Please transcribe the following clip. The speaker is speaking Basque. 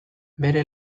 bere